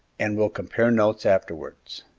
and we'll compare notes afterwards.